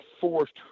forced